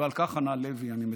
ועל כך ענה לוי, אני מצטט: